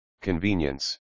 Convenience